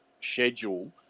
schedule